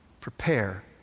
Prepare